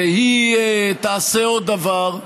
והיא תעשה עוד דבר: